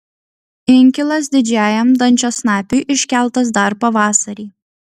inkilas didžiajam dančiasnapiui iškeltas dar pavasarį